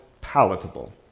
palatable